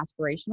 aspirational